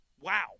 wow